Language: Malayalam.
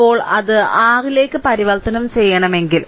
ഇപ്പോൾ അത് r ലേക്ക് പരിവർത്തനം ചെയ്യണമെങ്കിൽ